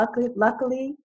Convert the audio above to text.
luckily